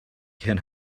can